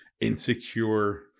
insecure